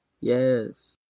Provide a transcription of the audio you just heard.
Yes